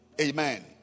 Amen